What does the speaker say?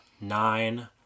nine